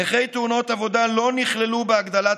נכי תאונות העבודה לא נכללו בהגדלת